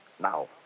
Now